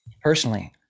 personally